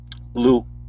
Blue